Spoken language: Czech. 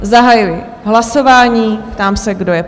Zahajuji hlasování a ptám se, kdo je pro?